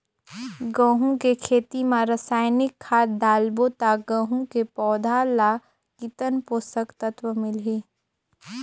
गंहू के खेती मां रसायनिक खाद डालबो ता गंहू के पौधा ला कितन पोषक तत्व मिलही?